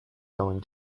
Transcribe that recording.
going